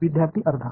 विद्यार्थी अर्धा